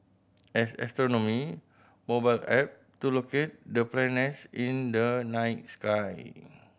as astronomy mobile app to locate the planets in the night sky